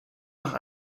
nach